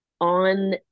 on